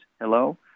Hello